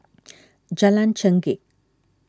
Jalan Chengkek